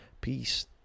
peace